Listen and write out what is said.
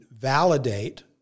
validate